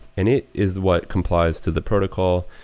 and it is what complies to the protocol.